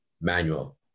manual